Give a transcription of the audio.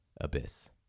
abyss